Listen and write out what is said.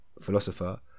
Philosopher